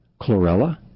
chlorella